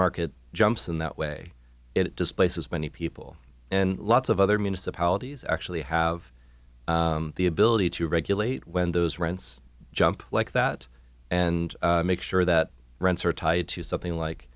market jumps in that way it displaces many people and lots of other municipalities actually have the ability to regulate when those rents jump like that and make sure that rents are tied to something